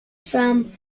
from